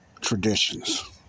Traditions